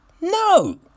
No